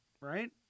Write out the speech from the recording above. right